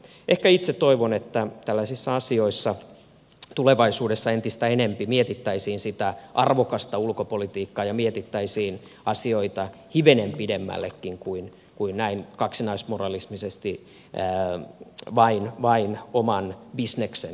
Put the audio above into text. ehkä itse toivon että tällaisissa asioissa tulevaisuudessa entistä enempi mietittäisiin sitä arvokasta ulkopolitiikkaa ja mietittäisiin asioita hivenen pidemmällekin kuin näin kaksinaismoralistisesti vain oman bisneksen näkökulmasta